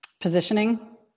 positioning